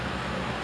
damn